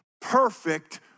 perfect